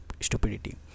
stupidity